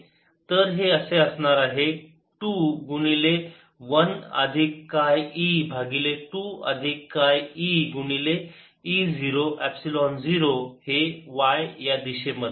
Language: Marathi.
तर हे असणार आहे 2 गुणिले 1 अधिक काय e भागिले 2 अधिक काय e गुणिले E 0 एपसिलोन 0 हे y या दिशेमध्ये